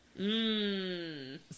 Mmm